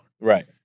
Right